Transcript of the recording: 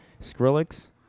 Skrillex